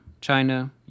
China